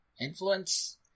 Influence